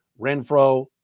Renfro